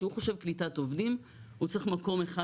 כשהוא חושב קליטת עובדים הוא צריך מקום אחד